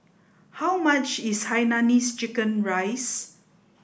how much is Hainanese Chicken Rice